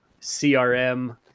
CRM